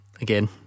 Again